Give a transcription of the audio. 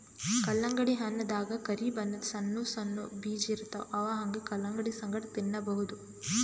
ಕಲ್ಲಂಗಡಿ ಹಣ್ಣ್ ದಾಗಾ ಕರಿ ಬಣ್ಣದ್ ಸಣ್ಣ್ ಸಣ್ಣು ಬೀಜ ಇರ್ತವ್ ಅವ್ ಹಂಗೆ ಕಲಂಗಡಿ ಸಂಗಟ ತಿನ್ನಬಹುದ್